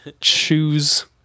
choose